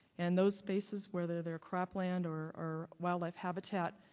and those spaces, weather they are cropland or or wildlife habitat,